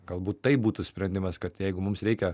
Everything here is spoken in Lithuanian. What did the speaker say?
galbūt tai būtų sprendimas kad jeigu mums reikia